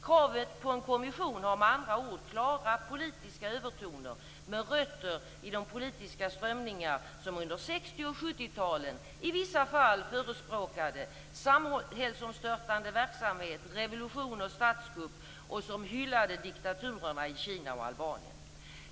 Kravet på en kommission har med andra ord klara politiska övertoner, med rötter i de politiska strömningar i vilka man under 60 och 70-talet i vissa fall förespråkade samhällsomstörtande verksamhet, revolution och statskupp och hyllade diktaturerna i Kina och Albanien.